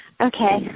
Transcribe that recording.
Okay